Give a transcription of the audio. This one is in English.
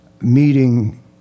meeting